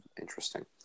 Interesting